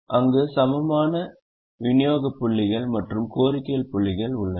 அங்கு சமமான விநியோக புள்ளிகள் மற்றும் கோரிக்கை புள்ளிகள் உள்ளன